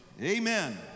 Amen